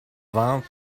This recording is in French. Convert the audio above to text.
vingt